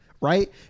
Right